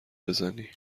بزنی